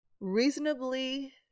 reasonably